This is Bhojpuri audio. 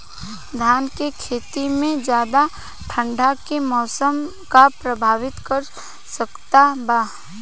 धान के खेती में ज्यादा ठंडा के मौसम का प्रभावित कर सकता बा?